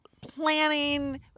planning